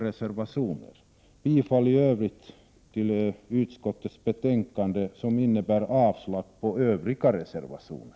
I övrigt yrkar jag bifall till utskottets hemställan som innebär avslag på Övriga reservationer.